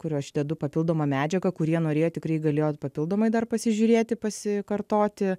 kur aš dedu papildomą medžiagą kurie norėjo tikrai galėjo papildomai dar pasižiūrėti pasikartoti